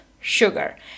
sugar